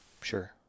Sure